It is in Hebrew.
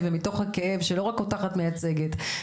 ומתוך הכאב שלא רק אותך את מייצגת פה,